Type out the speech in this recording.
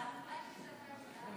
היא